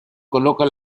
coloca